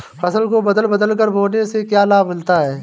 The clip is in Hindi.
फसल को बदल बदल कर बोने से क्या लाभ मिलता है?